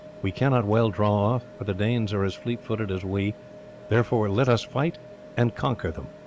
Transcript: we cannot well draw off, for the danes are as fleet-footed as we therefore let us fight and conquer them.